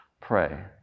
pray